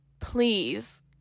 please